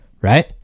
right